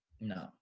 No